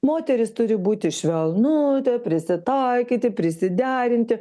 moteris turi būti švelnutė prisitaikyti prisiderinti